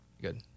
Good